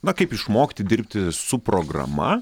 na kaip išmokti dirbti su programa